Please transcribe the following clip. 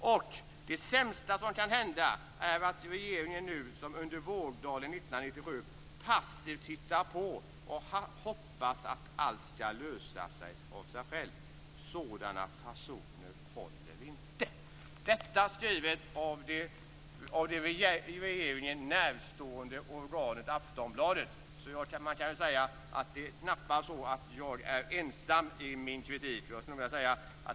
- Det sämsta som kan hända är att regeringen nu som under vågdalen 1997 passivt tittar på och hoppas att allt ska lösas av sig självt. Sådana fasoner håller inte." Detta är skrivet av det regeringen närstående organet Aftonbladet. Det är knappast så att jag är ensam i min kritik.